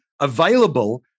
available